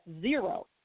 zero